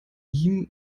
ihm